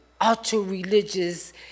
ultra-religious